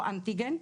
לא אנטיגן,